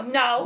no